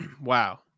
Wow